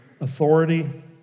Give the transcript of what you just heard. authority